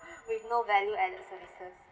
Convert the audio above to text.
with no value added services